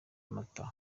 amata